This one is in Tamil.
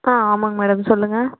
ஆ ஆமாங்க மேடம் சொல்லுங்கள்